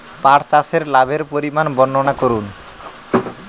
পাঠ চাষের লাভের পরিমান বর্ননা করুন?